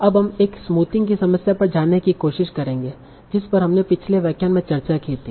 अब हम एक स्मूथिंग की समस्या पर जाने की कोशिश करेंगे जिस पर हमने पिछले व्याख्यान में चर्चा की थी